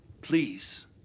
please